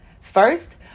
First